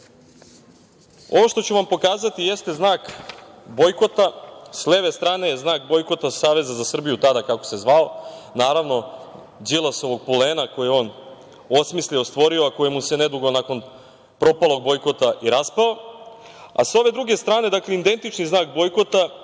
Ovo što ću vam pokazati jeste znak bojkota. Sa leve strane je znak bojkota Saveza za Srbiju, tada kako se zvao, naravno, Đilasovog pulena, kojeg je on osmislio, stvorio, a koji mu se nedugo nakon propalog bojkota i raspao. Sa ove druge strane, dakle, identični znak bojkota